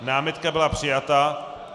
Námitka byla přijata.